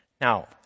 Now